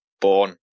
born